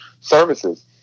services